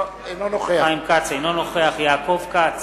אינו נוכח יעקב כץ,